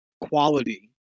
quality